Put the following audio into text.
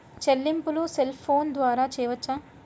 చెల్లింపులు cell phone ద్వారా చేయవచ్చా?